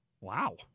Wow